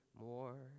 more